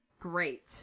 great